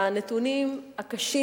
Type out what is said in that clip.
שהנתונים הקשים,